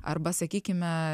arba sakykime